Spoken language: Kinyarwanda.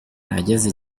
nageze